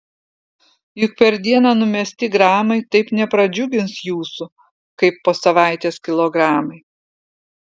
juk per dieną numesti gramai taip nepradžiugins jūsų kaip po savaitės kilogramai